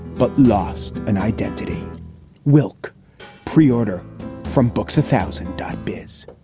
but lost an identity wilcke preorder from books a thousand dobby's